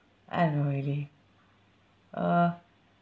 I don't know really uh